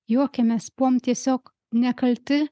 juokėmės buvom tiesiog nekalti